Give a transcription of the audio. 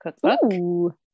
cookbook